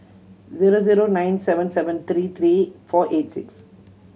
zero zero nine seven seven three three four eight six